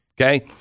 Okay